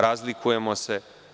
Razlikujemo se.